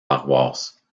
paroisses